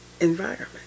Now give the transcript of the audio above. environment